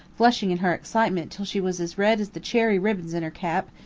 flushing in her excitement till she was as red as the cherry ribbons in her cap,